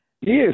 Yes